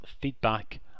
feedback